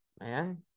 man